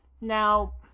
Now